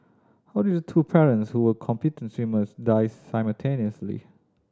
how did the two parents who were competent swimmers die simultaneously